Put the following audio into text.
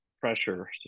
pressure